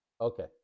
Okay